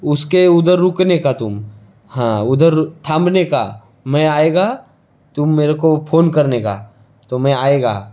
उसके उधर रुकने का तुम हां उधर थामने का मै आयेगा तुम मेरे को फोन करने का तो मै आयेगा